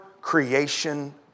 creation